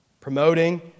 Promoting